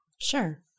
Sure